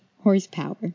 horsepower